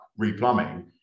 replumbing